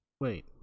Wait